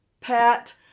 pat